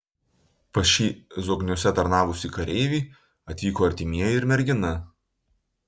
pas šį zokniuose tarnavusį kareivį atvyko artimieji ir mergina